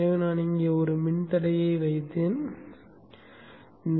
எனவே நான் இங்கே ஒரு மின்தடையை வைத்தேன் என்று வைத்துக்கொள்வோம்